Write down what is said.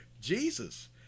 Jesus